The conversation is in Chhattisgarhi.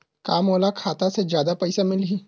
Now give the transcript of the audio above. का मोला खाता से जादा पईसा मिलही?